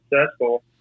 successful